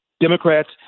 Democrats